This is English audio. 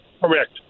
Correct